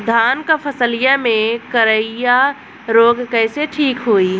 धान क फसलिया मे करईया रोग कईसे ठीक होई?